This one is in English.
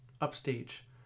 upstage